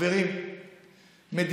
חברי הכנסת, אנא, בבקשה.